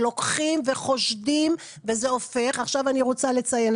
שלוקחים וחושדים וזה הופך אני רוצה לציין,